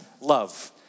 love